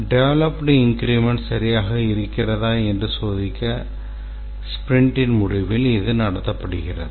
developed increment சரியாக இருக்கிறதா என்று சோதிக்க ஸ்பிரிண்டின் முடிவில் இது நடத்தப்படுகிறது